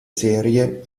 serie